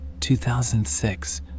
2006